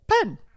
pen